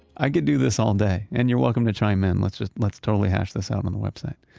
i could do this all day and you're welcome to chime in. let's just let's totally hash this out on the website,